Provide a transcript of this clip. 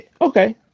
okay